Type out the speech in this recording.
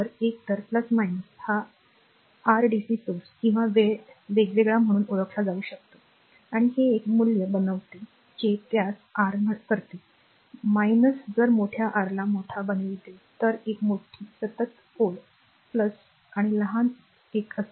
तर एकतर हा आर डीसी स्त्रोत किंवा वेळ वेगवेगळा म्हणून ओळखला जाऊ शकतो आणि हे एक मूल्य बनवते जे त्यास r करते जर मोठ्या आरला मोठा बनविते तर एक मोठी सतत ओळ आणि लहान एक असते